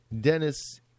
Dennis